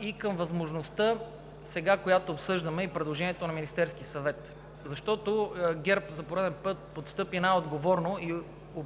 и към възможността, която сега обсъждаме и предложението на Министерския съвет. Защото ГЕРБ за пореден път постъпи най-отговорно и повдигна